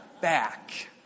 back